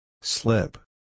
Slip